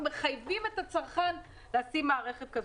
מחייבים את הצרכן לשים מערכת כזו.